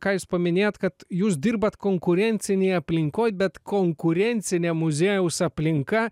ką jūs paminėjot kad jūs dirbat konkurencinėj aplinkoj bet konkurencinė muziejaus aplinka